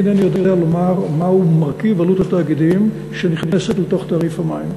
אני אינני יודע לומר מהו מרכיב עלות התאגידים שנכנסת לתוך תעריף המים.